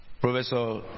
Professor